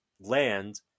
Land